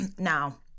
Now